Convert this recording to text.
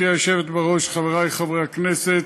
גברתי היושבת-ראש, חברי חברי הכנסת,